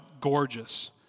gorgeous